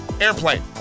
airplane